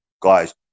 guys